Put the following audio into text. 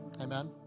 Amen